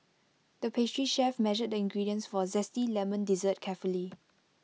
the pastry chef measured the ingredients for A Zesty Lemon Dessert carefully